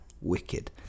Wicked